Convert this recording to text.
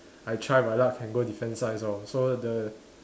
I try my luck can go defence science lor so the